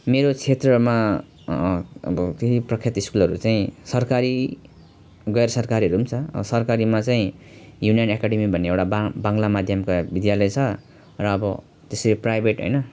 मेरो क्षेत्रमा अब त्यही प्रख्यात स्कुलहरू चाहिँ सरकारी गैर सरकारीहरू छ अब सरकारीमा चाहिँ युनाइट एकाडेमी भन्ने एउटा बा बाङ्ग्ला माध्यमको विद्यालय छ र अब त्यसरी प्राइभेट होइन